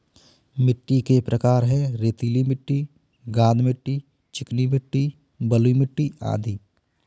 मिट्टी के प्रकार हैं, रेतीली मिट्टी, गाद मिट्टी, चिकनी मिट्टी, बलुई मिट्टी अदि